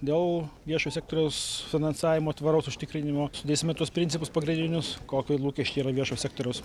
dėl viešo sektoriaus finansavimo tvaraus užtikrinimo sudėsime tuos principus pagrindinius kokie lūkesčiai yra viešo sektoriaus